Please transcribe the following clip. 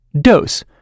Dose